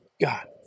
God